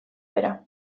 bera